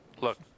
Look